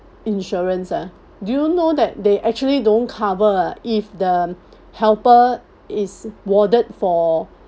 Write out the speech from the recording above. insurance ah do you know that they actually don't cover ah if the helper is warded for